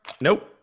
Nope